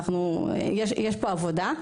יש פה עבודה.